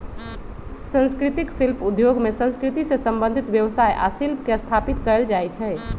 संस्कृतिक शिल्प उद्योग में संस्कृति से संबंधित व्यवसाय आ शिल्प के स्थापित कएल जाइ छइ